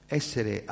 essere